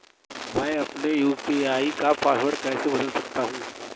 मैं अपने यू.पी.आई का पासवर्ड कैसे बदल सकता हूँ?